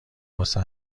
واسه